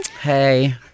hey